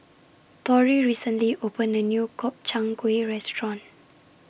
Torrey recently opened A New Gobchang Gui Restaurant